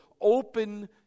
open